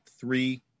three